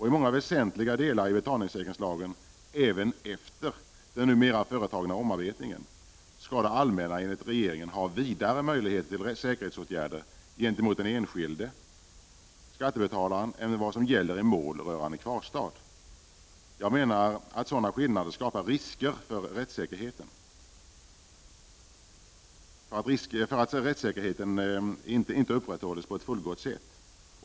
I många väsentliga delar av betalningssäkringslagen skall det allmänna, även efter den numera företagna omarbetningen, enligt regeringens mening ha vidare möjligheter till säkerhetsåtgärder gentemot den enskilde skattebetalaren än vad som gäller i mål rörande kvarstad. Jag menar att sådana skillnader skapar risk för att rättssäkerheten inte upprätthålls på ett fullgott sätt.